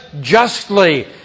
justly